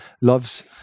loves